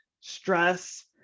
stress